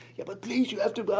yeah, but please you have to ba